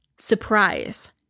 Surprise